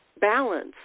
balance